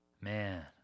Man